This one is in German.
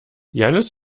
jannis